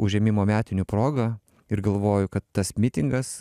užėmimo metinių proga ir galvoju kad tas mitingas